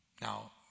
Now